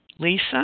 Lisa